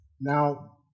Now